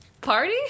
Party